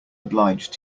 obliged